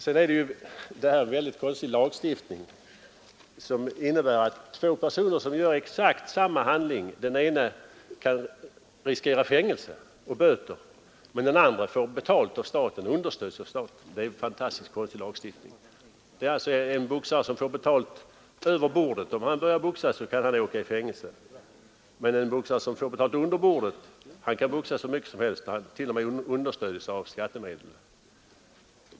Lagstiftningen är i det här fallet också mycket egendomlig eftersom den innebär att av två personer som utför exakt samma handling kan den ene riskera fängelse och böter medan den andre får betalt av staten och understöds av staten. Det är verkligen en fantastiskt konstig lagstiftning. Om en person som får betalt över bordet börjar tävlingsboxas, kan han åka i fängelse. En person som får betalt under bordet kan däremot boxas hur mycket som helst och understöds t.o.m. av skattemedel.